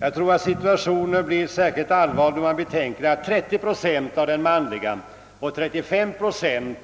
Jag tror att situationen blir särskilt allvarlig när man betänker att 30 procent av den manliga och 35 procent